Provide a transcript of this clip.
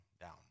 Down